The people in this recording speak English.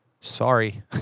sorry